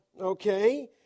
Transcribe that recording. Okay